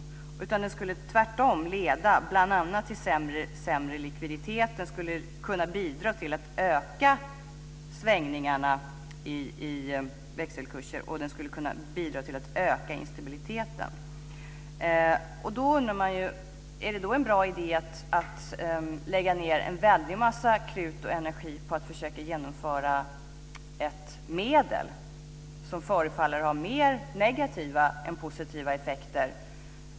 Tvärtom skulle den leda bl.a. till sämre likviditet och kunna bidra till ökade svängningar i växelkurser och till ökad instabilitet. Är det då en bra idé att lägga en väldig massa krut och energi på att försöka genomföra ett medel som förefaller ha mer negativa än positiva effekter?